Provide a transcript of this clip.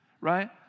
Right